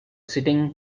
sitting